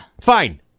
Fine